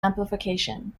amplification